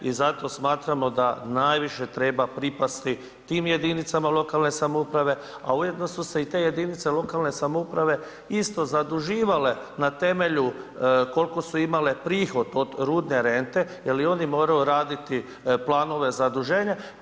I zato smatramo da najviše treba pripasti tim jedinicama lokalne samouprave, a ujedno su se i te jedinice lokalne samouprave isto zaduživale na temelju koliko su imale prihod od rudne rente, jer i oni moraju raditi planove zaduženja.